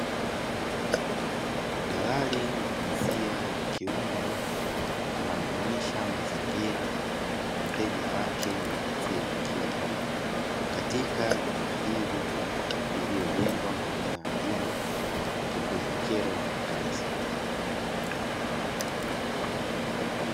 Dalali wa jinsia ya kiume, anamuonyesha mazingira mteja wake wa jinsia ya kike katika jumba hili liliyojengwa maeneo ya mjini kupunguza kero ya makazi.